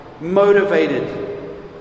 motivated